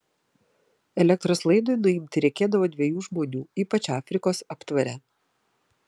elektros laidui nuimti reikėdavo dviejų žmonių ypač afrikos aptvare